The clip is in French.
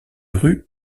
rue